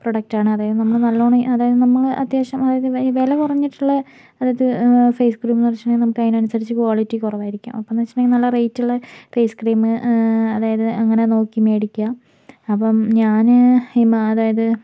product ആണ് അതായത് നമ്മള് നല്ലോണം അതായത് നമ്മള് അത്യാവശ്യം അതായത് വില കുറഞ്ഞിട്ടുള്ള അതായത് ഫെയിസ്ക്രീമെന്ന് വച്ചിട്ടുണ്ടെങ്കിൽ നമുക്ക് അതിന് അനുസരിച്ച് ക്വാളിറ്റി കുറവായിരിക്കും അപ്പോന്ന് വെച്ചിട്ടുണ്ടെങ്കിൽ നല്ല റേറ്റ് ഉള്ള ഫെയിസ്ക്രീം അതായത് അങ്ങനെ നോക്കി മേടിക്കുക അപ്പം ഞാന് ഹിമ അതായത്